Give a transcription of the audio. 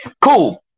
Cool